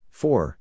four